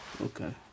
Okay